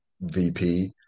VP